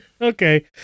Okay